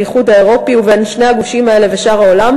באיחוד האירופי ובין שני הגושים האלה ושאר העולם,